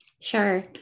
Sure